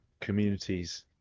communities